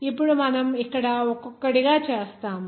ఇప్పుడు మనం ఇక్కడ ఒక్కొక్కటిగా చేస్తాము